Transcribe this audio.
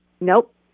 Nope